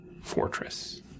fortress